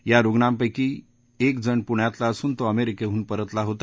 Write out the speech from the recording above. या रुग्णांपैकी यांपैकी एक जण पुण्यातला असून तो अमेरिकेडून परतला होता